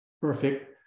perfect